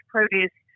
Produce